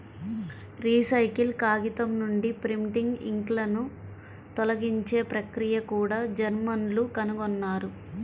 recycle కాగితం నుండి printing ఇంక్లను తొలగించే ప్రక్రియను కూడా జర్మన్లు కనుగొన్నారు